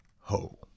ho